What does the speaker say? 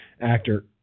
actor